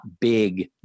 big